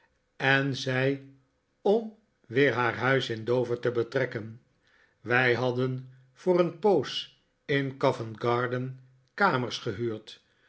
en zij om weer haar huis in dover te betrekken wij hadden voor een poos in covent garden kamers gehuurd